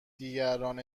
دیگران